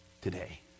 today